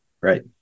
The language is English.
Right